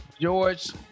George